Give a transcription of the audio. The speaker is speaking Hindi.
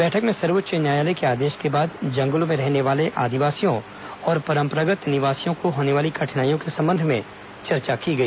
बैठक में सर्वोच्च न्यायालय के आदेश के बाद जंगलों में रहने वाले आदिवासियों और परम्परागत् निवासियों को होने वाली कठिनाइयों के संबंध में चर्चा की गई